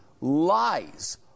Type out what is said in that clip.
lies